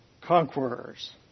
conquerors